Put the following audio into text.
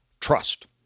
trust